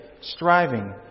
striving